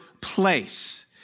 place